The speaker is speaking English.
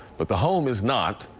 but the home is not.